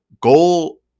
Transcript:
goal